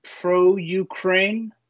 pro-Ukraine